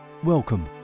Welcome